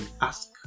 ask